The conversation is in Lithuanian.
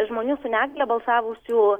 žmonių su negalia balsavusių